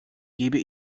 gebe